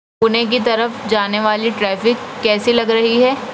پُونے کی طرف جانے والی ٹریفک کیسی لگ رہی ہے